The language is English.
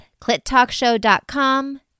ClitTalkShow.com